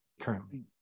currently